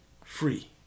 free